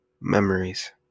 Memories